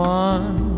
one